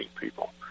people